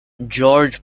george